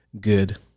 good